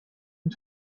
and